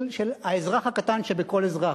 של האזרח הקטן שבכל אזרח,